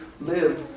live